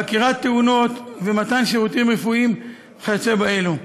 חקירת תאונות, מתן שירותים רפואיים וכיוצא באלה.